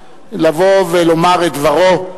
לבוא ולומר את דברו.